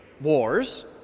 wars